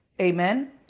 Amen